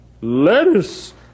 Lettuce